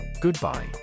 Goodbye